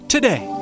Today